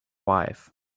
wife